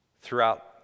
throughout